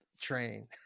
train